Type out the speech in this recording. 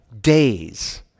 days